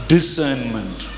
Discernment